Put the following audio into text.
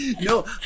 No